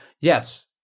yes